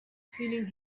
feeling